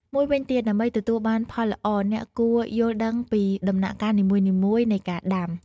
មួយវិញទៀត ដើម្បីទទួលបានផលល្អ អ្នកគួរយល់ដឹងពីដំណាក់កាលនីមួយៗនៃការដាំ។